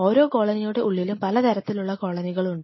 ഓരോ കോളനിയുടെ ഉള്ളിലും പലതരത്തിലുള്ള കോളനികൾ ഉണ്ട്